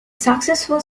successful